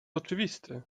oczywisty